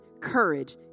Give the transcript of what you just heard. courage